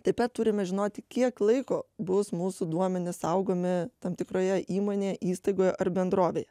taip pat turime žinoti kiek laiko bus mūsų duomenys saugomi tam tikroje įmonėje įstaigoje ar bendrovėje